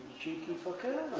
cheeky fucker